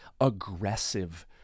aggressive